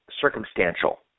circumstantial